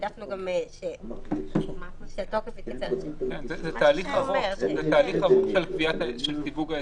זה תהליך ארוך של סיווג האזורים.